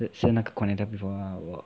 吃那个 cornetto before lah 我